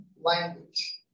language